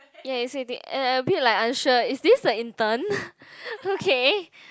yeah so you think a a bit like unsure is this the intern okay